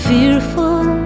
Fearful